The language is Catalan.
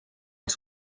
els